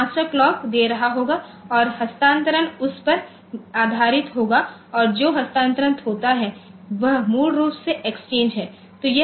तो master clock दे रहा होगा और हस्तांतरण उस पर आधारित होगा और जो हस्तांतरण होता है वह मूल रूप से एक एक्सचेंज है